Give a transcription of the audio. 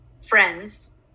Friends